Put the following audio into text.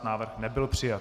Návrh nebyl přijat.